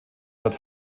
wird